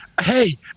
hey